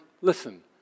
listen